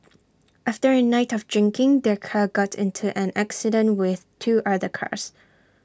after A night of drinking their car got into an accident with two other cars